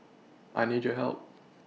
I need your help